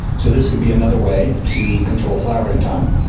so this could be another way to control flowering time.